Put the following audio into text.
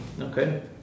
Okay